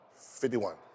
51